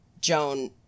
Joan